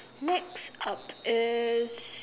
next up is